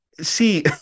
see